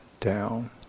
down